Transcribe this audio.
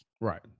Right